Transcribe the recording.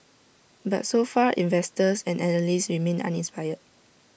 but so far investors and analysts remain uninspired